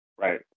right